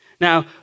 Now